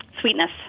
sweetness